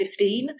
2015